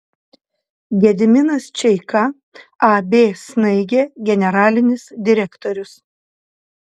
gediminas čeika ab snaigė generalinis direktorius